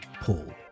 Paul